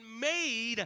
made